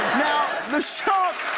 now the shark